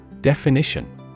Definition